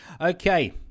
Okay